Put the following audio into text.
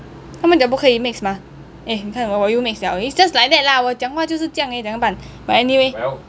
他们讲不可以 mix mah eh 你看我又 mix liao it's just like that lah 我讲话就是酱 eh 酱办 but anyway